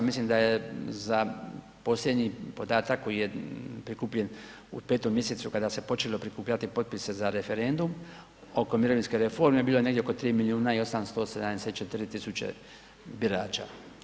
Mislim da je za posljednji podatak koji je prikupljen u 5. mjesecu kada se počelo prikupljati potpise za referendum oko mirovinske reforma bilo je negdje oko 3 milijuna i 874 tisuće birača.